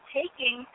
taking